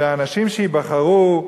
שהאנשים שייבחרו,